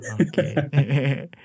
Okay